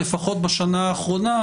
לפחות בשנה האחרונה,